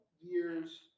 years